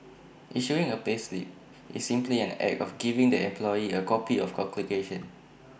issuing A payslip is simply an act of giving the employee A copy of the calculation